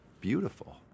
beautiful